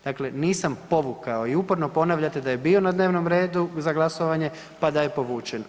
Dakle, nisam povukao i uporno ponavljate da je bio na dnevnom redu za glasovanje, pa da je povučen.